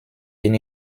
bin